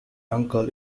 uncle